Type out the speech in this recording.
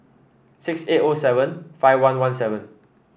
six eight O seven five one one seven